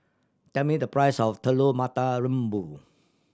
tell me the price of Telur Mata Lembu